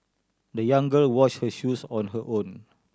the young girl washed her shoes on her own